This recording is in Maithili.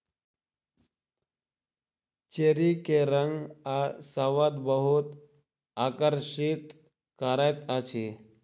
चेरी के रंग आ स्वाद बहुत आकर्षित करैत अछि